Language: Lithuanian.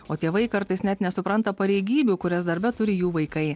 o tėvai kartais net nesupranta pareigybių kurias darbe turi jų vaikai